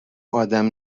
آدم